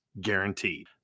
guaranteed